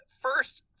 first